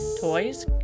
toys